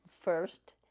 first